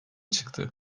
çıktı